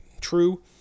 true